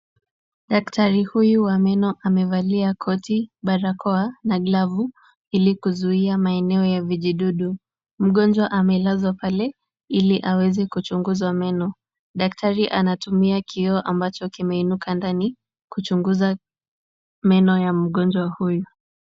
Daktari huyu wa meno amevalia koti, barakoa na glavu ili kuzuia maeneo ya vijidudu. Mgonjwa amelazwa pale ili aweze kuchunguzwa meno. Daktari anatumia kioo ambacho kimeinuka ndani kuchunguza meno ya mgonjwa huyu.